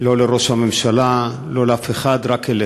לא לראש הממשלה, לא לאף אחד, רק אליך.